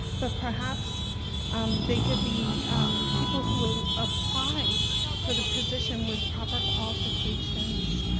but perhaps um they could be people who apply for the position with proper qualifications.